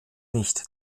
nicht